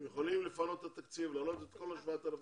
הם יכולים לפנות את התקציב ולהעלות את כל ה-7,000